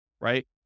right